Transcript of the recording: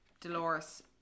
Dolores